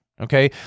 Okay